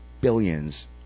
billions